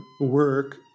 work